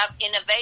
innovation